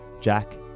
Jack